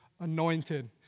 anointed